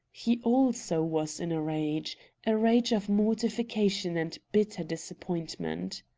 he, also, was in a rage a rage of mortification and bitter disappointment.